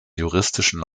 juristischen